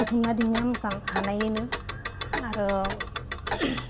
बुथुमना दोननाया मोजां हानायानो आरो